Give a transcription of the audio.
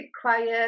quiet